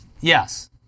Yes